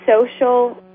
social